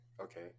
Okay